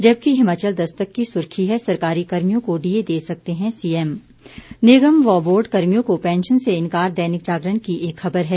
जबकि हिमाचल दस्तक की सुर्खी है सरकारी कर्मियों को डीए दे सकते हैं सीएम निगम व बोर्ड कर्मियों को पेंशन से इन्कार दैनिक जागरण की एक खबर है